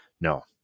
No